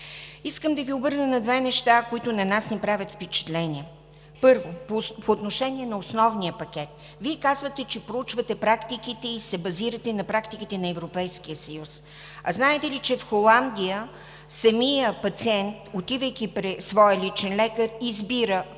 Искам да Ви обърна внимание на две неща, които на нас ни правят впечатление. Първо, по отношение на основния пакет. Вие казвате, че проучвате и се базирате на практиките на Европейския съюз. Знаете ли, че в Холандия самият пациент, отивайки при своя личен лекар, избира какво